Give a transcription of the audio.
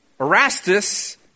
Erastus